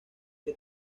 que